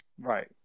Right